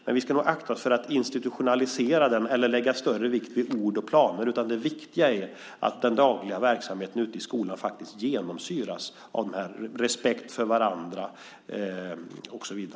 Men vi ska nog akta oss för att institutionalisera den eller lägga allt för stor vikt vid ord och planer. Det viktiga är att den dagliga verksamheten ute i skolorna faktiskt genomsyras av respekt för varandra.